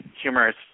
humorous